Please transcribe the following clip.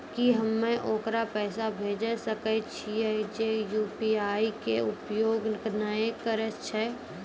की हम्मय ओकरा पैसा भेजै सकय छियै जे यु.पी.आई के उपयोग नए करे छै?